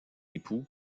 époux